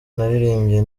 naririmbye